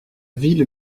ville